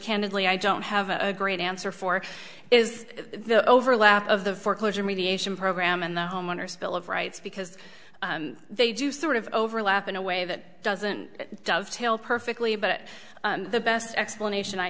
candidly i don't have a great answer for is the overlap of the foreclosure mediation program and the homeowners bill of rights because they do sort of overlap in a way that doesn't dovetail perfectly but the best explanation i